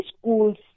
schools